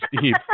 deep